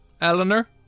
Eleanor